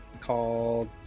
called